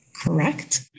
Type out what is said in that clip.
correct